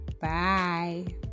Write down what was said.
Bye